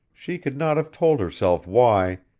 she could not have told herself why,